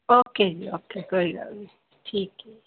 okay ਜੀ okay ਕੋਈ ਗੱਲ ਨਹੀਂ ਠੀਕ ਹੈ